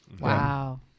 Wow